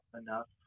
enough